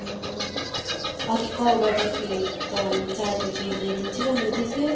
अघि कल गर्दाखेरि त अनि चार बजी ल्याइदिन्छु भन्नुहुँदैथियो